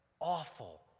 awful